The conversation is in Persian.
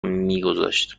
میگذاشت